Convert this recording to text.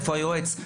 איפה היועץ,